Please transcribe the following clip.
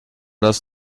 das